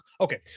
Okay